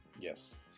Yes